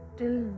till